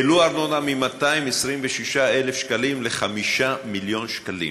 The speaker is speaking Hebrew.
העלו ארנונה מ-226,000 שקלים ל-5 מיליון שקלים,